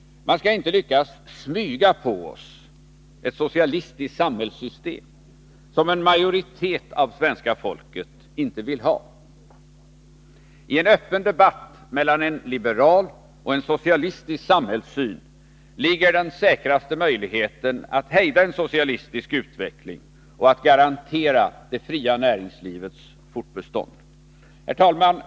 Man skall inte lyckas smyga på oss ett socialistiskt samhällssystem, som en majoritet av svenska folket inte vill ha. I en öppen debatt mellan en liberal och en socialistisk samhällssyn finns den säkraste möjligheten när det gäller att hejda en socialistisk utveckling och att garantera det fria näringslivets fortbestånd. Herr talman!